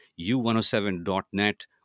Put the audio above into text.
u107.net